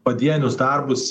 padienius darbus